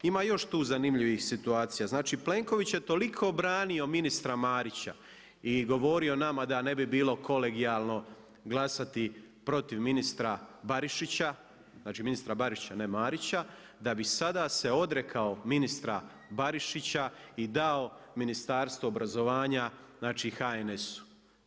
Ima tu još zanimljivih situacija, znači Plenković je toliko branio ministra Marića i govorio nama da ne bi bilo kolegijalno glasati protiv ministra Barišića, znači ministra Barišića ne Marića, da bi sada se odrekao ministra Barišića i dao Ministarstvo obrazovanja HNS-u.